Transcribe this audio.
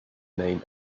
name